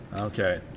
okay